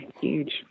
huge